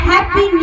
Happy